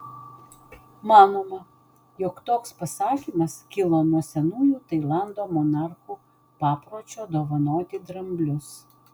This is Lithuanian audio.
manoma jog toks pasakymas kilo nuo senųjų tailando monarchų papročio dovanoti dramblius